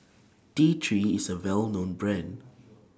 T three IS A Well known Brand